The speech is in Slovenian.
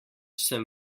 sem